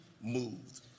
moved